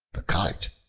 the kite,